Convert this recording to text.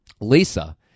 Lisa